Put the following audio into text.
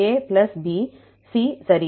A plus B C சரி